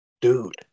Dude